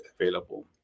available